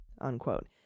Unquote